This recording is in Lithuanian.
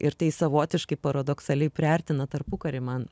ir tai savotiškai paradoksaliai priartina tarpukarį man